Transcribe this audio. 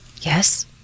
Yes